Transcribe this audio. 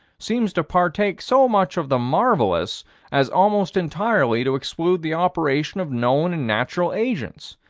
seems to partake so much of the marvelous as almost entirely to exclude the operation of known and natural agents.